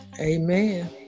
Amen